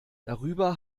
darüber